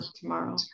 tomorrow